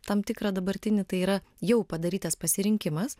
tam tikrą dabartinį tai yra jau padarytas pasirinkimas